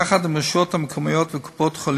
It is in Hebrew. יחד עם הרשויות המקומיות וקופות-החולים,